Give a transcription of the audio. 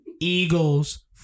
Eagles